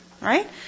right